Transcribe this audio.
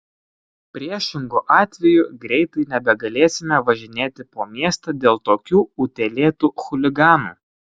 priešingu atveju greitai nebegalėsime važinėti po miestą dėl tokių utėlėtų chuliganų